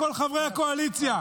כל חברי הקואליציה,